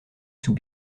sous